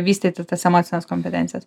vystyti tas emocines kompetencijas